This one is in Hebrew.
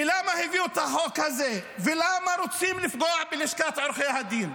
כי למה הביאו את החוק הזה ולמה רוצים לפגוע בלשכת עורכי הדין?